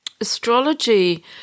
astrology